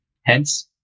Hence